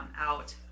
out